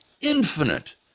infinite